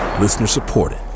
Listener-supported